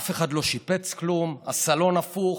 אף אחד לא שיפץ כלום, הסלון הפוך,